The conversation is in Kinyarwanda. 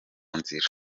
nzira